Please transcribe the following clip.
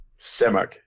Semak